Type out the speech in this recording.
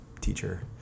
teacher